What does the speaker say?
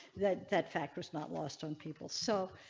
that that factor is not lost on people. so